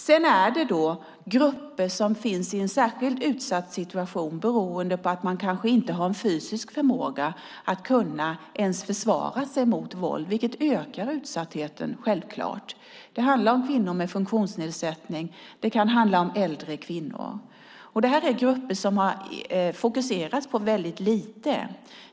Sedan finns det grupper som är i en särskilt utsatt situation beroende på att de kanske inte ens har fysisk förmåga att försvara sig mot våld, vilket självklart ökar utsattheten. Det kan handla om kvinnor med funktionsnedsättning och äldre kvinnor. Det här är grupper som man har fokuserat på väldigt lite.